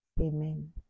amen